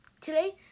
Today